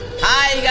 time